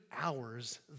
hours